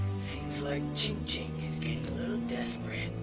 seems like ching ching is getting a little desperate.